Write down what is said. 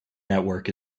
network